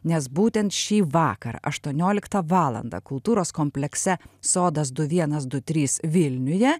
nes būtent šįvakar atuonioliktą valandą kultūros komplekse sodas du vienas du trys vilniuje